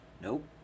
Nope